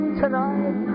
tonight